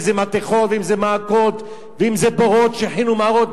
אם מתכות ואם מעקות ואם בורות שיחין ומערות,